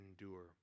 endure